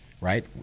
right